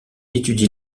étudie